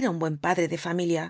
ra un buen padre de familia